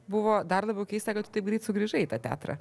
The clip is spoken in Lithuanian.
buvo dar labiau keista kad tu taip greit sugrįžai į tą teatrą